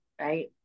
right